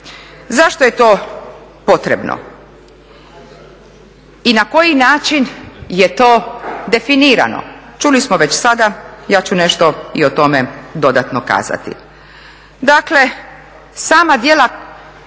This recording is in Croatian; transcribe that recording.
Zašto je to potrebno i na koji način je to definirano, čuli smo već sada, ja ću još dodatno o tome kazati. Dakle sama djela